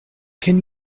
can